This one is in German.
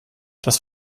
das